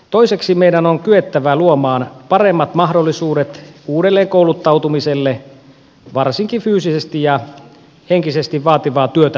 toiseksi meidän on kyettävä luomaan paremmat mahdollisuudet uudelleenkouluttautumiseen varsinkin fyysisesti ja henkisesti vaativaa työtä tekeville